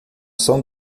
são